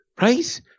Right